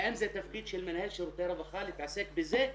האם זה תפקיד של מנהל שירותי הרווחה להתעסק בזה?